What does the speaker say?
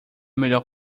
melhor